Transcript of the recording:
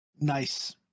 nice